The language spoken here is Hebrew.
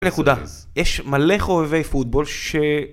נקודה, יש מלא חובבי פוטבול ש...